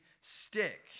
stick